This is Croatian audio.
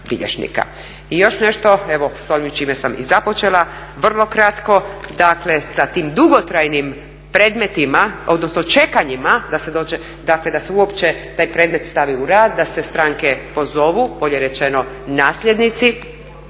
I još nešto, evo s onim s čime sam i započela vrlo kratko dakle sa tim dugotrajnim predmetima odnosno čekanjima da se uopće taj predmet stavi u rad, da se stranke pozovu, bolje rečeno nasljednici.